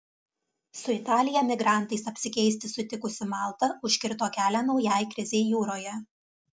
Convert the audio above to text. su italija migrantais apsikeisti sutikusi malta užkirto kelią naujai krizei jūroje